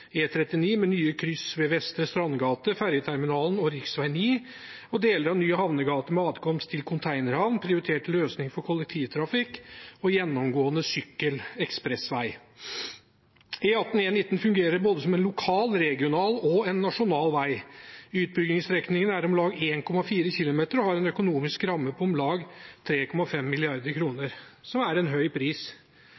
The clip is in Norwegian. med nye kryss ved Vestre Strandgate, fergeterminalen og rv. 9, del av ny havnegate med adkomst til containerhavn, prioriterte løsninger for kollektivtrafikk og gjennomgående sykkelekspressvei. E18/E39 fungerer både som en lokal, regional og nasjonal vei. Utbyggingsstrekningen er om lag 1,4 km og har en økonomisk ramme på om lag 3,5